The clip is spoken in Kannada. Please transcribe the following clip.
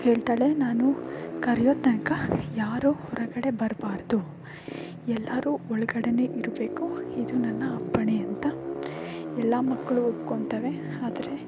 ಹೇಳ್ತಾಳೆ ನಾನು ಕರಿಯೋ ತನಕ ಯಾರೂ ಹೊರಗಡೆ ಬರಬಾರ್ದು ಎಲ್ಲರೂ ಒಳಗಡೆಯೇ ಇರಬೇಕು ಇದು ನನ್ನ ಅಪ್ಪಣೆ ಅಂತ ಎಲ್ಲ ಮಕ್ಕಳು ಒಪ್ಕೋತಾವೆ ಆದರೆ